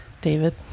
David